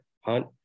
Hunt